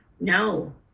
no